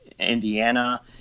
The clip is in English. indiana